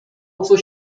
coś